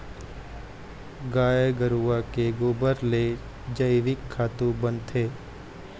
गाय गरूवा के गोबर ले जइविक खातू बनथे